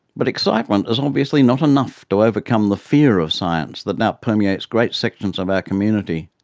but excitement is obviously not enough to overcome the fear of science that now permeates great sections of our community.